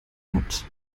hat